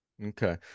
Okay